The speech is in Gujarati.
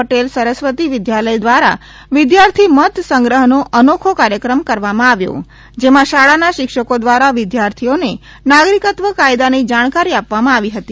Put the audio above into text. પટેલ સરસ્વતી વિદ્યાલય દ્વારા વિદ્યાર્થી મત સંગ્રહનો અનોખો કાર્યક્રમ કરવામાં આવ્યો જેમાં શાળાના શિક્ષકો દ્વારા વિદ્યાર્થીઓને નાગરિકત્વ કાયદાની જાણકારી આપવામાં આવી હતી